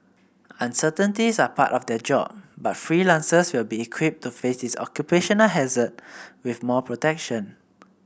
uncertainties are part of their job but freelancers will be equipped to face this occupational hazard with more protection